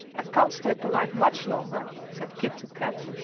i can't stay polite much longer, said kit to kat.